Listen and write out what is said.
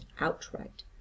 outright